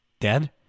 dead